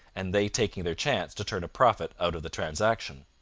and they taking their chance to turn a profit out of the transaction.